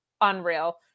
Unreal